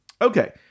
okay